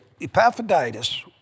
Epaphroditus